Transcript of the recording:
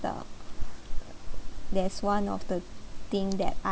the that's one of the things that I'm